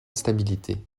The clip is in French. stabilité